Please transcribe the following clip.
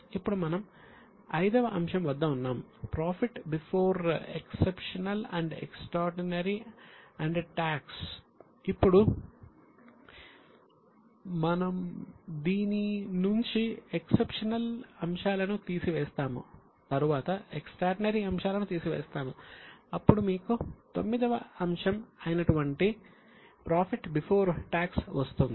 ఇప్పుడు మనము V వ అంశం వద్ద ఉన్నాము profit before exceptional and extraordinary and tax వస్తుంది